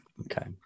Okay